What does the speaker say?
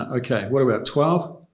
ah okay. what are we at, twelve?